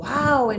Wow